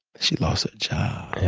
she lost her job.